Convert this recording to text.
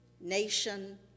nation